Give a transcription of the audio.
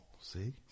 See